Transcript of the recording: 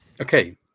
okay